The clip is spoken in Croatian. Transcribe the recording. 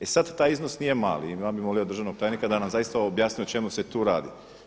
E sada, taj iznos nije mali i ja bih molio državnog tajnika da nam zaista objasni o čemu se tu radi.